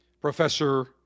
Professor